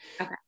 okay